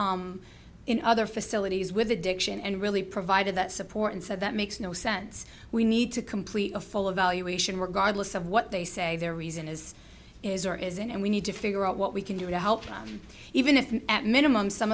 him in other facilities with addiction and really provided that support and so that makes no sense we need to complete a full of valuation regardless of what they say their reason is is or isn't and we need to figure out what we can do to help even if at minimum some